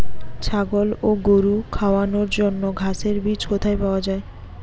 ছাগল ও গরু খাওয়ানোর জন্য ঘাসের বীজ কোথায় পাওয়া যায়?